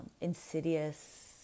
insidious